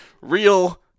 Real